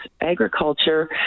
agriculture